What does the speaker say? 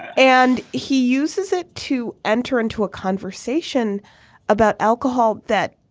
and he uses it to enter into a conversation about alcohol that